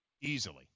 easily